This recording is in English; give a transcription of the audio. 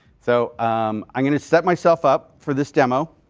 so um i'm going to set myself up for this demo,